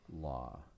law